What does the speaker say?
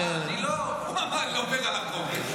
אני לא עובר על החוק,